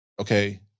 Okay